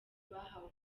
bahawe